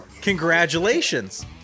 Congratulations